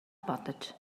бодож